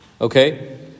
Okay